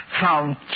found